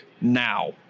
now